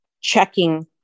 checking